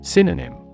Synonym